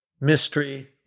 mystery